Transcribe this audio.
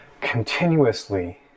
continuously